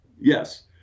Yes